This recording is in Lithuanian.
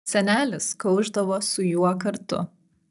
senelis kaušdavo su juo kartu